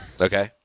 Okay